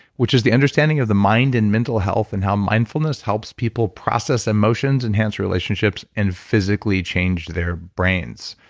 which is the understanding of the mind and mental health and how mindfulness helps people process emotions, enhance relationships, and physically change their brains.